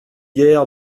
hier